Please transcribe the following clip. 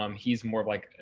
um he's more of like,